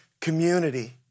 community